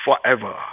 forever